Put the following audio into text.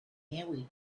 carried